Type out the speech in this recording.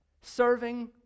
serving